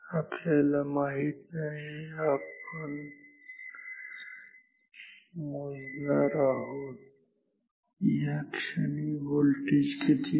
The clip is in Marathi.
आपल्याला माहीत नाही आपण मोजणार नाही या क्षणी व्होल्टेज किती आहे